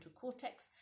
cortex